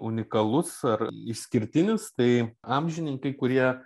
unikalus ar išskirtinis tai amžininkai kurie